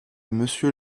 monsieur